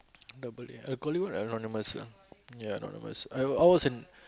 double A a call it what Anonymous ah ya Anonymous I I was in